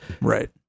right